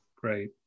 Great